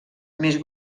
més